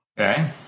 Okay